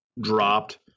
dropped